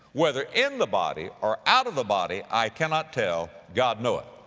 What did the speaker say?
whether in the body, or out of the body, i cannot tell god knoweth.